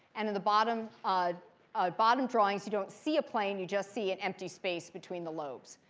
and in the bottom um ah bottom drawings, you don't see a plane. you just see an empty space between the lobes.